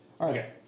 okay